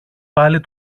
πάλι